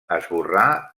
esborrar